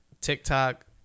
TikTok